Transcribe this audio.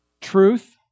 Truth